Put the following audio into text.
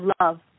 love